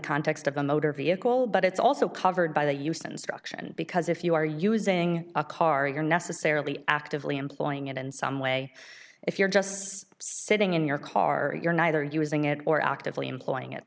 context of a motor vehicle but it's also covered by the use instruction because if you are using a car you're necessarily actively employing it in some way if you're just sitting in your car you're neither using it or actively employing it